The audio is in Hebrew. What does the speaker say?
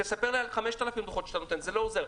תספר לי על 5,000 דוחות שאתה נותן, זה לא עוזר.